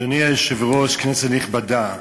אדוני היושב-ראש, כנסת נכבדה,